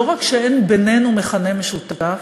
לא רק שאין בינינו מכנה משותף,